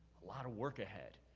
a lot of work ahead.